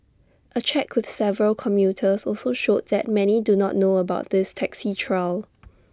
A check with several commuters also showed that many do not know about this taxi trial